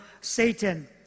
satan